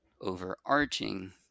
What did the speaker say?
overarching